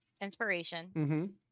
inspiration